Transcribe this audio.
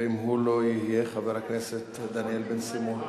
ואם הוא לא יהיה, חבר הכנסת דניאל בן-סימון.